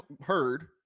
heard